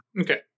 Okay